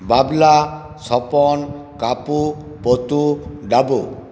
Babla Swapan Kapu Patu dabu